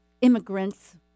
immigrants